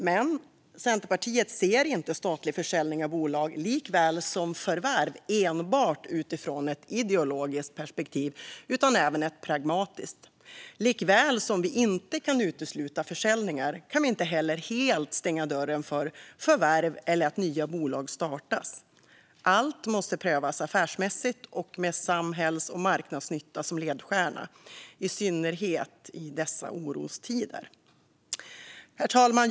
Men Centerpartiet ser inte på statlig försäljning av bolag och heller inte på förvärv enbart utifrån ett ideologiskt perspektiv utan även ett pragmatiskt. Likaväl som vi inte kan utesluta försäljningar kan vi heller inte helt stänga dörren för förvärv eller att nya bolag startas. Allt måste prövas affärsmässigt och med samhälls och marknadsnytta som ledstjärna, i synnerhet i dessa orostider. Herr talman!